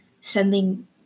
sending